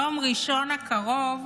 ביום ראשון הקרוב